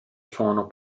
suono